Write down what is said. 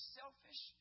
selfish